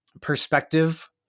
perspective